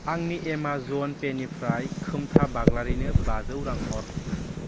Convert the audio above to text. आंनि एमाजन पेनिफ्राय खोमथा बाग्लारिनो बाजौ रां हर